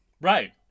Right